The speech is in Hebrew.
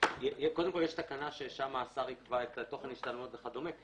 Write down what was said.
יש תקנה שבה השר יקבע את תוכן ההשתלמות וכדומה.